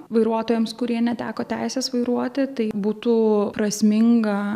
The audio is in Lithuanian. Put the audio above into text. vairuotojams kurie neteko teisės vairuoti tai būtų prasminga